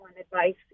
advice